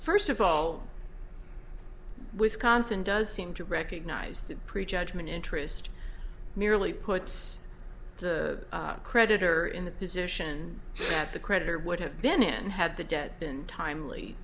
first of all wisconsin does seem to recognize that prejudgment interest merely puts the creditor in the position that the creditor would have been in had the debt been timely